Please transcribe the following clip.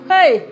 Hey